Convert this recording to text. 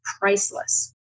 priceless